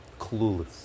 clueless